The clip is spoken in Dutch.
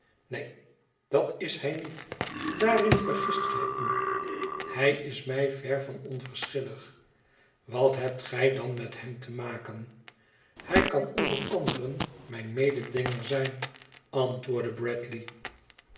neen dat is hij niet daarin vergist gij u hij is mij ver van onverschillig wat hebt gij dan met hem te maken hij kan onder anderen mijn mededinger zijn antwoordde bradley